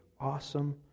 awesome